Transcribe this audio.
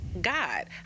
God